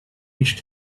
reached